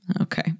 Okay